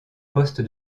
poste